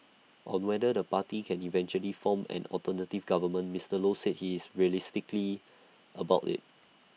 on whether the party can eventually form an alternative government Mister low said he is realistically about IT